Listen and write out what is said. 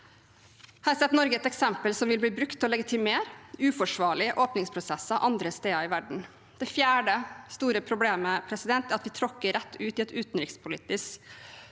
Her setter Norge et eksempel som vil bli brukt til å legitimere uforsvarlige åpningsprosesser andre steder i verden. Det fjerde store problemet er at vi tråkker rett ut i et utenrikspolitisk